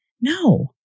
no